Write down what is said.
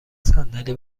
صندلی